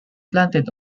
planted